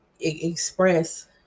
express